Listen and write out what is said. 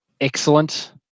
excellent